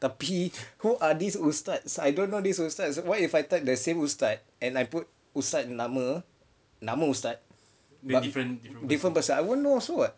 tapi who are these ustaz I don't know these ustaz what if I type the same ustaz and I put ustaz nama nama ustaz different person I wouldn't know also [what]